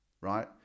right